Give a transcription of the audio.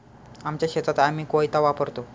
आमच्या शेतात आम्ही कोयता वापरतो